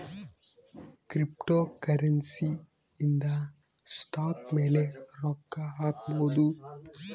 cryptocurrency ಇಂದ stock ಮೇಲೆ ರೊಕ್ಕ ಹಾಕ್ಬೊದು